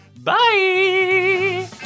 bye